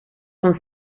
van